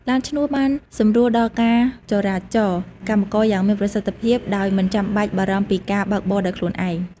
ឡានឈ្នួលបានសម្រួលដល់ការចរាចរណ៍របស់កម្មករយ៉ាងមានប្រសិទ្ធភាពដោយមិនចាំបាច់បារម្ភពីការបើកបរដោយខ្លួនឯង។